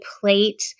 plate